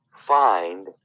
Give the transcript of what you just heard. find